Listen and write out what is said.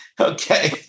Okay